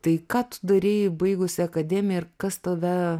tai ką tu darei baigusi akademiją ir kas tave